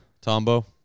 Tombo